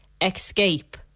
escape